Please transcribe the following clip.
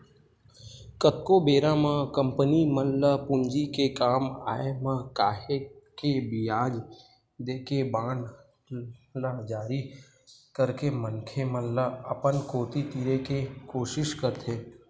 कतको बेरा म कंपनी मन ल पूंजी के काम आय म काहेक के बियाज देके बांड ल जारी करके मनखे मन ल अपन कोती तीरे के कोसिस करथे